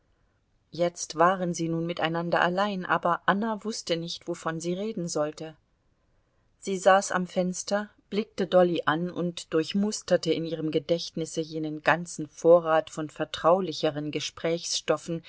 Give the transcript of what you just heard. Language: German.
jetzt waren sie nun miteinander allein aber anna wußte nicht wovon sie reden sollte sie saß am fenster blickte dolly an und durchmusterte in ihrem gedächtnisse jenen ganzen vorrat von vertraulicheren gesprächsstoffen